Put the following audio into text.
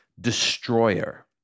destroyer